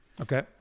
Okay